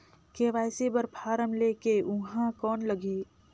KYC बर form ले के ऊहां कौन लगही?